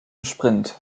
sprint